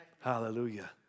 Hallelujah